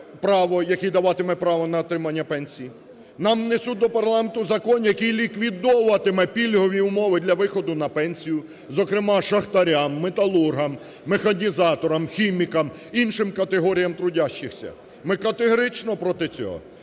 який даватиме право на отримання пенсії, нас внесуть до парламенту закон, який ліквідовуватиме пільгові умови для виходу на пенсію, зокрема шахтарям, металургам, механізаторам, хімікам, іншим категоріям трудящихся. Ми категорично проти цього.